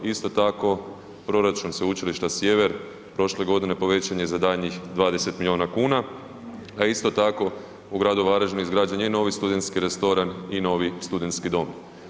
Isto tako, proračun Sveučilišta Sjever, prošle godine je povećan za daljnjih 20 milijuna kuna, a isto tako, u gradu Varaždinu izgrađen je novi studentski restoran i novi studentski dom.